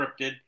scripted